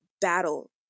battle